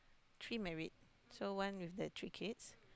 three married so one with the three kids